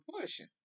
pushing